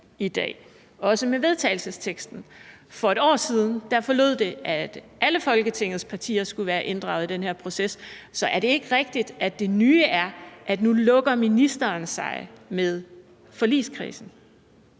i dag, også med vedtagelsesteksten. For et år siden forlød det, at alle Folketingets partier skulle være inddraget i den her proces. Så er det ikke rigtigt, at det nye er, at nu lukker ministeren sig med forligskredsen?